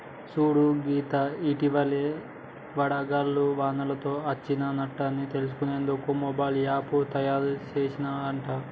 సూడు సీత ఇటివలే వడగళ్ల వానతోటి అచ్చిన నట్టన్ని తెలుసుకునేందుకు మొబైల్ యాప్ను తాయారు సెసిన్ రట